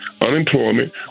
unemployment